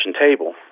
table